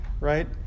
right